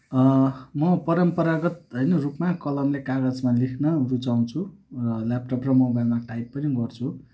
म परम्परागत होइन रूपमा कलमले कागजमा लेख्न रुचाउँछु ल्यापटप र मोबाइलमा टाइप पनि गर्छु